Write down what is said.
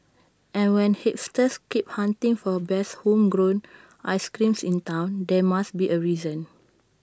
and when hipsters keep hunting for best homegrown ice creams in Town there must be A reason